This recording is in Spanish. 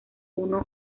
uno